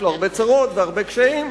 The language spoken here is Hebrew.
יש לו הרבה צרות והרבה קשיים,